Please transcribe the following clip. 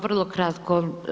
Vrlo kratko.